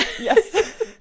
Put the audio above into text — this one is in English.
Yes